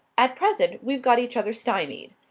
at present we've got each other stymied.